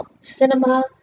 Cinema